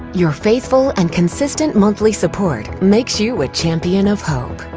your faithful and consistent monthly support makes you a champion of hope.